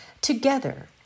Together